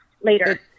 later